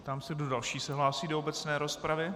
Ptám se, kdo další se hlásí do obecné rozpravy.